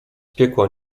piekła